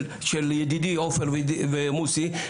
של ידידיי עופר ומוסי,